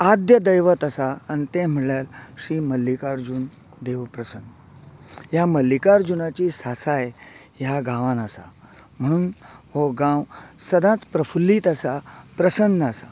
आद्य दैवत आसा आनी ते म्हणल्यार श्री मल्लीकार्जून देव प्रसन्न ह्या मल्लिकीर्जूनाची सासाय ह्या गांवांन आसा म्हणून हो गांव सदांच प्रफुल्लीत आसा प्रसन्न आसा